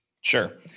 Sure